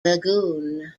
lagoon